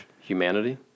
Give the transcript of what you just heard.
humanity